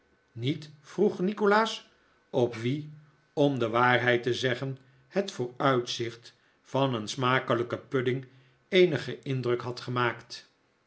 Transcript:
niet vroeg nikolaas op wien om de waarheid te zeggen het vooruitzicht van een smakelijken pudding eenigen indruk had gemaakt